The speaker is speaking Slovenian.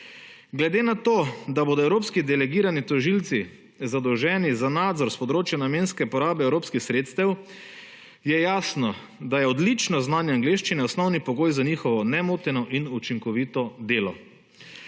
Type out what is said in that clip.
Glede na to, da bodo evropski delegirani tožilci zadolženi za nadzor s področja namenske porabe evropskih sredstev, je jasno, da je odlično znanje angleščine osnovni pogoj za njihovo nemoteno in učinkovito delo.